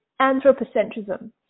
anthropocentrism